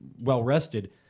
well-rested